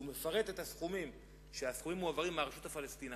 הוא מפרט את הסכומים שמועברים מהרשות הפלסטינית,